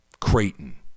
Creighton